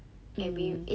mm